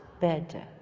better